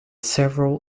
several